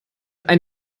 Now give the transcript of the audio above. ein